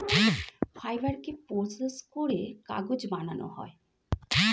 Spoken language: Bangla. ফাইবারকে প্রসেস করে কাগজ বানানো হয়